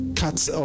cuts